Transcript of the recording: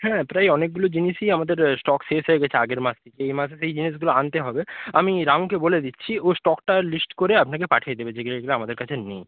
হ্যাঁ প্রায় অনেকগুলো জিনিসই আমাদের স্টক শেষ হয়ে গিয়েছে আগের মাস থেকে এই মাসে সেই জিনিসগুলো আনতে হবে আমি রামুকে বলে দিচ্ছি ও স্টকটা লিস্ট করে আপনাকে পাঠিয়ে দেবে যেগুলো যেগুলো আমাদের কাছে নেই